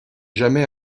jamais